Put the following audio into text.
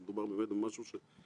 היא גם רשות מפקחת שיש לה גם שיניים,